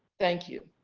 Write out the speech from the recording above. thank you.